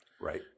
Right